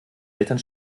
eltern